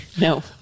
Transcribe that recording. no